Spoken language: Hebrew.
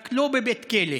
רק לא בבית כלא,